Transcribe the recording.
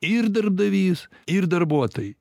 ir darbdavys ir darbuotojai